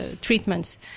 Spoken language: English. treatments